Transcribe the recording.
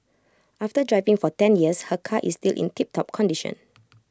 after driving for ten years her car is still in tiptop condition